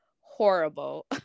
horrible